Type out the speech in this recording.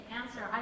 answer